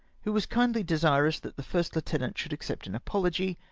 who was kindly desirous that the first heutenant should accept an apology,